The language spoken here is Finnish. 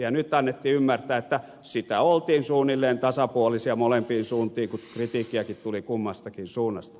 ja nyt annettiin ymmärtää että sitä oltiin suunnilleen tasapuolisia molempiin suuntiin kun kritiikkiäkin tuli kummastakin suunnasta